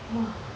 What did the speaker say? !wah!